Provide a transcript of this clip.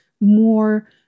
more